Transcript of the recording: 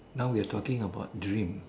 now we are talking about dream